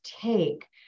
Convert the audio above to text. take